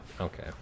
okay